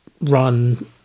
run